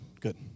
Good